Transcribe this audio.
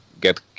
get